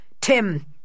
Tim